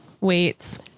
Weights